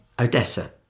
Odessa